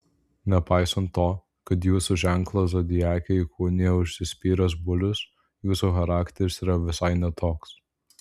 nepaisant to kad jūsų ženklą zodiake įkūnija užsispyręs bulius jūsų charakteris yra visai ne toks